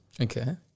Okay